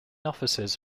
offices